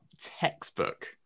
textbook